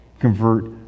convert